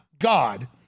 God